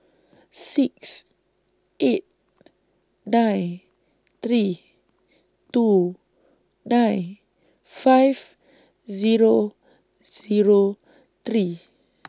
six eight nine three two nine five Zero Zero three